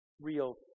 real